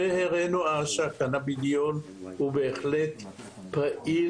והראינו אז שהקנאבידיול הוא בהחלט פעיל